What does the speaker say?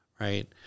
right